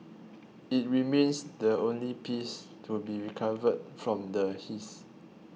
it remains the only piece to be recovered from the heist